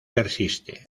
persiste